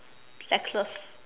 necklace